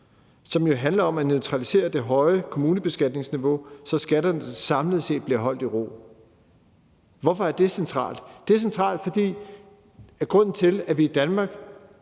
som handler om at neutralisere det høje kommunebeskatningsniveau, så skatterne samlet set bliver holdt i ro. Hvorfor er det centralt? Det er centralt, fordi grunden til, at vi i Danmark